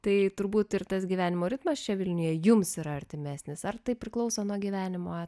tai turbūt ir tas gyvenimo ritmas čia vilniuje jums yra artimesnis ar tai priklauso nuo gyvenimo